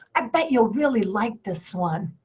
i bet you'll really like this one.